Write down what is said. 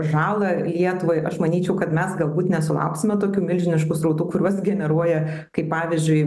žalą lietuvai aš manyčiau kad mes galbūt nesulauksime tokių milžiniškų srautų kuriuos generuoja kaip pavyzdžiui